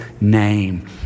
name